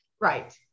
Right